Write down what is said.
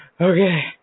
Okay